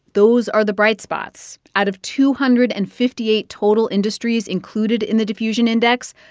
those are the bright spots. out of two hundred and fifty eight total industries included in the diffusion index,